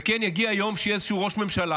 וכן, יגיע יום שבו יהיה איזשהו ראש ממשלה